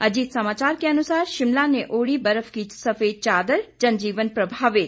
अजीत समाचार के अनुसार शिमला ने ओढ़ी बर्फ की सफेद चादर जनजीवन प्रभावित